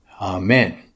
Amen